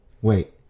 Wait